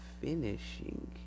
finishing